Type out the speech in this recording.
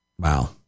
Wow